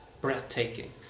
breathtaking